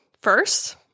first